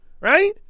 right